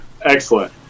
Excellent